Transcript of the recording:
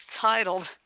titled